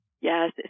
Yes